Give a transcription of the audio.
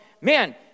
man